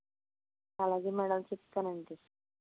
అలాగే మేడం చెప్తానండి